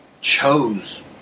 chose